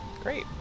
Great